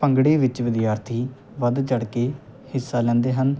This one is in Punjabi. ਭੰਗੜੇ ਵਿੱਚ ਵਿਦਿਆਰਥੀ ਵੱਧ ਚੜ੍ਹ ਕੇ ਹਿੱਸਾ ਲੈਂਦੇ ਹਨ